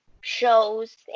shows